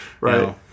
Right